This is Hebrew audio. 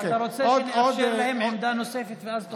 אתה רוצה שנאפשר להם עמדה נוספת ואז תוכל להשיב?